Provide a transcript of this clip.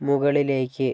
മുകളിലേക്ക്